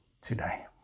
today